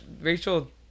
Rachel